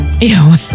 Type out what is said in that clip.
Ew